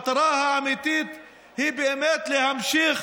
המטרה האמיתית היא להמשיך